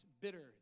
bitter